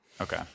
okay